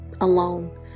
alone